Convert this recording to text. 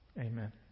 Amen